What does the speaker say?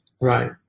Right